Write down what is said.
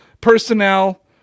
personnel